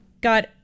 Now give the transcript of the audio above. got